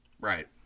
right